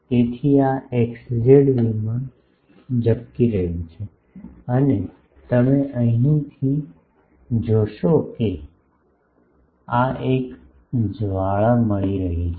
તેથી આ X Z plane ઝબકી રહ્યું છે અને તમે અહીંથી જોશો કે આ એક જ્વાળા મળી રહી છે